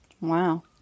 wow